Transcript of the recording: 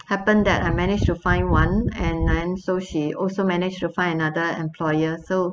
happened that I managed to find one and then so she also managed to find another employer so